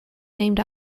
named